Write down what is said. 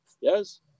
yes